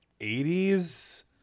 80s